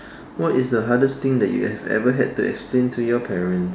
what is the hardest thing that you have ever had to explain to your parents